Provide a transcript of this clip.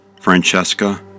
Francesca